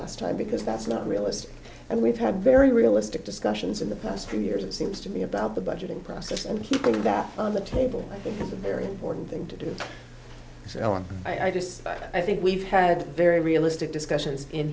last time because that's not realistic and we've had very realistic discussions in the past two years it seems to be about the budgeting process and keeping that on the table i think and a very important thing to do so i just i think we've had very realistic discussions in